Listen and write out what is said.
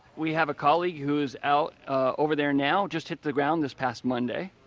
we have a colleague who is out ah over there now, just hit the ground this past monday.